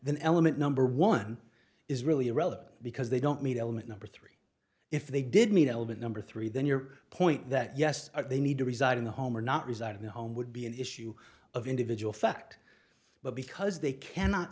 then element number one is really irrelevant because they don't meet element number three if they did meet a bit number three then your point that yes they need to reside in the home or not reside in the home would be an issue of individual fact but because they cannot